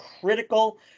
critical